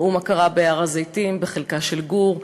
ראו מה קרה בהר-הזיתים בחלקה של גור,